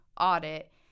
audit